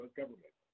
government